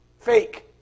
Fake